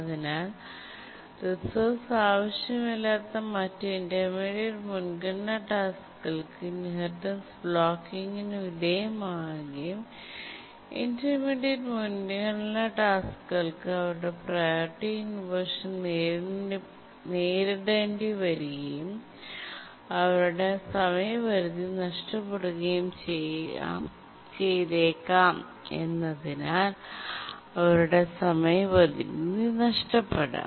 അതിനാൽ റിസോഴ്സ് ആവശ്യമില്ലാത്ത മറ്റ് ഇന്റർമീഡിയറ്റ് മുൻഗണനാ ടാസ്ക്കുകൾക്ക് ഇൻഹെറിറ്റൻസ് ബ്ലോക്കിങ് ന് വിധേയമാവുകയും ഇന്റർമീഡിയറ്റ് മുൻഗണനാ ടാസ്ക്കുകൾക്ക് അവരുടെ പ്രിയോറിറ്റി ഇൻവെർഷൻ നേരിടേണ്ടി വരികയും അവരുടെ സമയപരിധി നഷ്ടപ്പെടുകയും ചെയ്തേക്കാമെന്നതിനാൽ അവരുടെ സമയപരിധി നഷ്ടപ്പെടാം